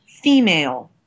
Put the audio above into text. female